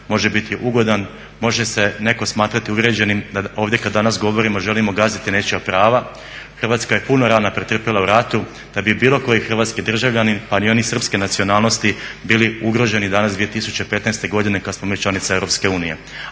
može biti ugodan, može se ne tko smatrati uvrijeđenim da ovdje kada danas govorimo želimo gaziti nečija prava. Hrvatska je puno rana pretrpjela u ratu da bi je bilo koji hrvatski državljanin, pa ni oni srpske nacionalnosti bili ugroženi danas 2015. godine kada smo mi članica